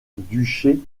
duché